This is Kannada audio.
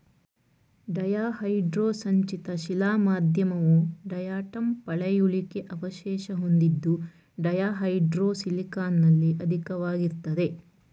ಡಯಾಹೈಡ್ರೋ ಸಂಚಿತ ಶಿಲಾ ಮಾಧ್ಯಮವು ಡಯಾಟಂ ಪಳೆಯುಳಿಕೆ ಅವಶೇಷ ಹೊಂದಿದ್ದು ಡಯಾಹೈಡ್ರೋ ಸಿಲಿಕಾನಲ್ಲಿ ಅಧಿಕವಾಗಿರ್ತದೆ